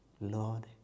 Lord